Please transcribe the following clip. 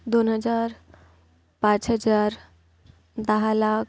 दोन हजार पाच हजार दहा लाख